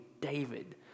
David